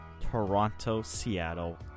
Toronto-Seattle